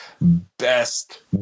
Best